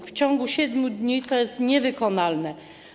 W ciągu 7 dni to jest niewykonalne.